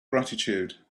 gratitude